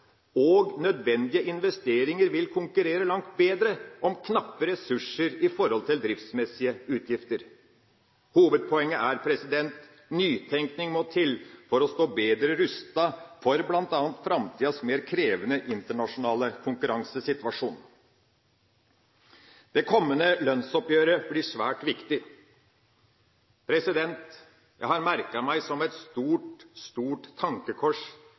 og nødvendige investeringer vil konkurrere langt bedre om knappe ressurser i forhold til driftsmessige utgifter. Hovedpoenget er: Nytenkning må til for å stå bedre rustet for bl.a. framtidas mer krevende internasjonale konkurransesituasjon. Det kommende lønnsoppgjøret blir svært viktig. Jeg har merket meg som et stort, stort tankekors